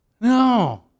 No